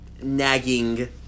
nagging